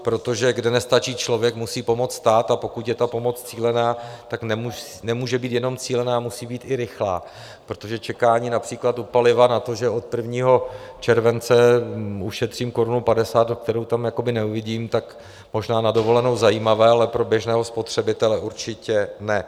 Protože kde nestačí člověk, musí pomoct stát, a pokud je ta pomoc cílená, tak nemůže být jenom cílená, musí být i rychlá, protože čekání například u paliva na to, že od 1. července ušetřím korunu padesát, kterou tam jakoby neuvidím, možná na dovolenou zajímavé, ale pro běžného spotřebitele určitě ne.